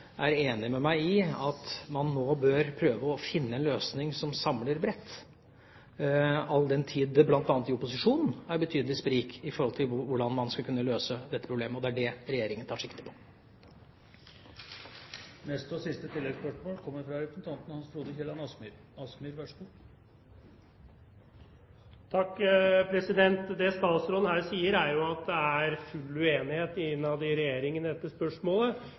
man nå bør prøve å finne en løsning som samler bredt, all den tid det bl.a. i opposisjonen er betydelig sprik med hensyn til hvordan man skal kunne løse dette problemet. Og det er det Regjeringa tar sikte på. Hans Frode Kielland Asmyhr – til oppfølgingsspørsmål. Det statsråden her sier, er at det er full uenighet innad i Regjeringen i dette spørsmålet,